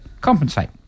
compensate